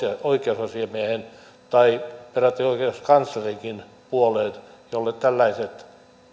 oikeusasiamiehen tai peräti oikeuskanslerinkin puoleen jolle tällaiset